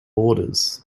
orders